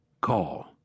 Call